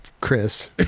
Chris